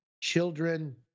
children